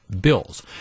bills